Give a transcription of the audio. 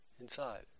inside